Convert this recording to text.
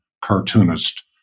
cartoonist